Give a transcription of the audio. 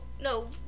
no